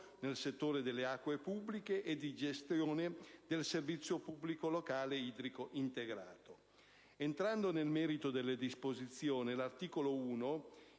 nel settore delle acque pubbliche e di gestione del servizio pubblico locale idrico integrato. Entrando nel merito delle disposizioni, l'articolo 1